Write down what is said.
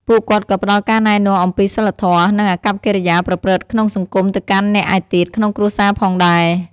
ពួកគាត់ក៏ផ្តល់ការណែនាំអំពីសីលធម៌ និងអាកប្បកិរិយាប្រព្រឹត្តក្នុងសង្គមទៅកាន់អ្នកឯទៀតក្នុងគ្រួសារផងដែរ។